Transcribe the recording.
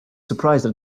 surprised